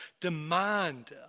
demand